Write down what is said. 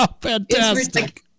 fantastic